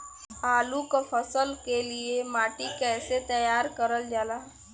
आलू क फसल के लिए माटी के कैसे तैयार करल जाला?